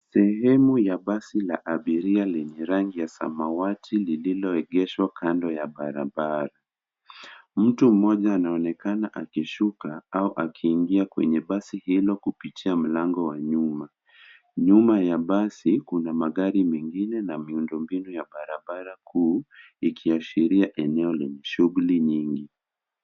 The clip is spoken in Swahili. Sehemu ya basi la abiria lenye rangi ya samawati lililoegeshwa kando ya barabara. Mtu mmoja anaonekana akishuka au akiingia kwenye basi hilo kupitia mlango wa nyuma. Nyuma ya basi kuna magari mengine na miundo mbinu ya barabara kuu ikiashiria eneo lenye shughuli nyingi.